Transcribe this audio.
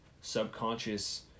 subconscious